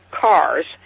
cars